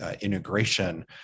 integration